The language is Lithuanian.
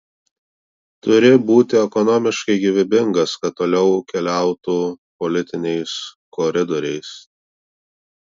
turi būti ekonomiškai gyvybingas kad toliau keliautų politiniais koridoriais